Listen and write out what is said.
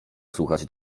słuchać